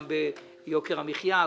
גם ביוקר המחיה,